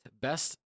best